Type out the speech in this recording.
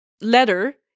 letter